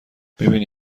میبینی